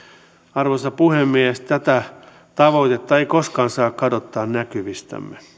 arvoisa puhemies tätä tavoitetta ei koskaan saa kadottaa näkyvistämme